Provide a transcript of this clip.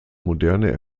moderne